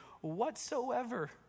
whatsoever